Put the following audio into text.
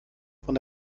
von